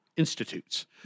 Institutes